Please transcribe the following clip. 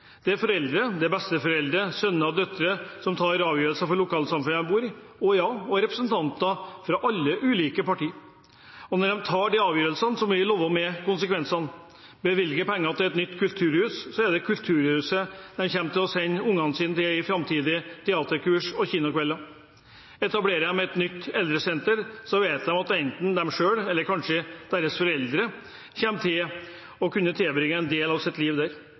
Det er foreldre, besteforeldre, sønner og døtre, som tar avgjørelser for det lokalsamfunnet de bor i – og ja, representanter fra alle ulike partier. Når de tar avgjørelser, må de leve med konsekvensene. Bevilger de penger til et nytt kulturhus, er det det kulturhuset de kommer til å sende barna sine til på framtidige teaterkurs og kinokvelder. Etablerer de et nytt eldresenter, vet de at enten de selv, eller kanskje deres foreldre, kommer til å kunne tilbringe en del av sitt liv der.